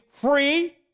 free